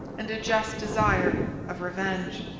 and a just desire of revenge.